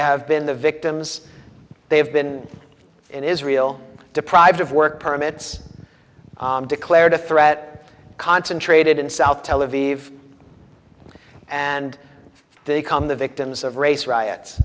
have been the victims they have been in israel deprived of work permits declared a threat concentrated in south tel aviv and they come the victims of race riots